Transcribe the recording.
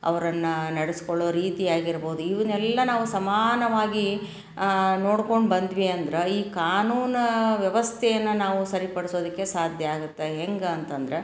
ಅವರನ್ನ ನಡೆಸ್ಕೊಳ್ಳೋ ರೀತಿ ಆಗಿರ್ಬೋದು ಇವನ್ನೆಲ್ಲ ನಾವು ಸಮಾನವಾಗಿ ನೋಡ್ಕೊಂಡು ಬಂದ್ವಿ ಅಂದ್ರೆ ಈ ಕಾನೂನು ವ್ಯವಸ್ಥೆಯನ್ನು ನಾವು ಸರಿಪಡ್ಸೋದಕ್ಕೆ ಸಾಧ್ಯ ಆಗುತ್ತೆ ಹೆಂಗೆ ಅಂತಂದರೆ